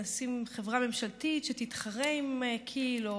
נשים חברה ממשלתית שתתחרה עם כי"ל או